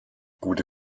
gute